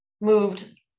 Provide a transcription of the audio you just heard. moved